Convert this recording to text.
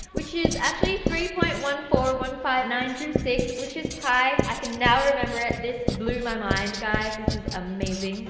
which is actually three point one four one five nine two six, which is pi, i can now remember it, this blew my mind, guys, this is amazing